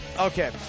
Okay